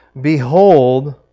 Behold